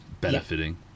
benefiting